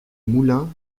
moulins